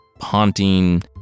haunting